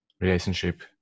relationship